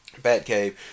Batcave